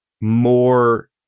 more